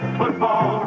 football